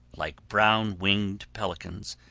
like brown-winged pelicans,